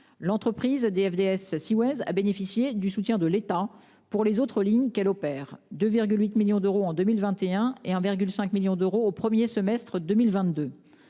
l'entreprise DFDS Seaways, elle a bénéficié du soutien de l'État pour les autres lignes qu'elle opère, à hauteur de 2,8 millions d'euros en 2021 et de 1,5 million d'euros au premier semestre 2022.